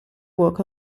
walk